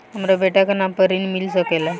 हमरा बेटा के नाम पर ऋण मिल सकेला?